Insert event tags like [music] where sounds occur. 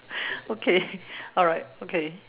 [breath] okay alright okay